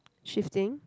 shifting